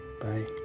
bye